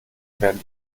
werden